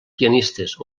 pianistes